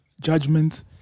judgment